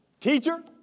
Teacher